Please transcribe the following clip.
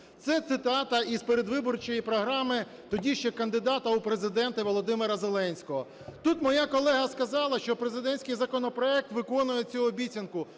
Це цитата із передвиборчої програми тоді ще кандидата у Президенти Володимира Зеленського. Тут моя колега сказала, що президентський законопроект виконує цю обіцянку.